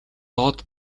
доод